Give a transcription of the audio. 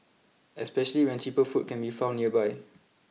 especially when cheaper food can be found nearby